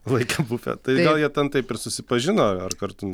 laikė bufetą tai gal jie ten taip ir susipažino ar kartu